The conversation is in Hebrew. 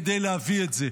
כדי להביא את זה.